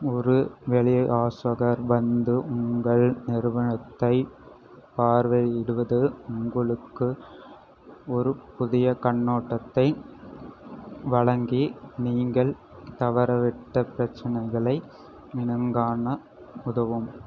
ஒரு வெளி ஆசோகர் வந்து உங்கள் நிறுவனத்தைப் பார்வையிடுவது உங்களுக்கு ஒரு புதிய கண்ணோட்டத்தை வழங்கி நீங்கள் தவறவிட்ட பிரச்சினைகளை இனங்காண உதவும்